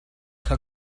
kha